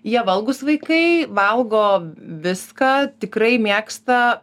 jie valgūs vaikai valgo viską tikrai mėgsta